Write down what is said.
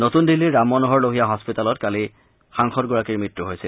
নতুন দিল্লীৰ ৰাম মনোহৰ লোহিয়া হস্পিতালত কালি সাংসদগৰাকীৰ মৃত্যু হৈছে